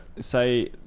say